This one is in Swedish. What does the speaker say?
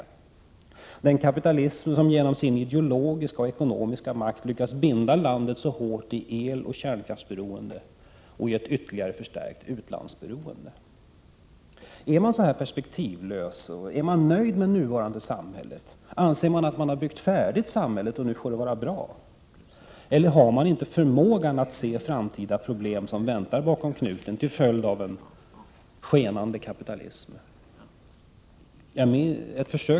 Det är den kapitalismen som genom sin ideologiska och ekonomiska makt har lyckats binda landet så hårt i eloch kärnkraftsberoende och gett ett ytterligare förstärkt utlandsberoende. - Ärsocialdemokraterna så perspektivlösa? Är de nöjda med det nuvarande samhället? Anser de att samhället är färdigbyggt och att det nu får vara bra? Eller har de inte förmågan att se framtida problem som väntar bakom knuten till följd av en skenande kapitalism?